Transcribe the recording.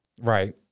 Right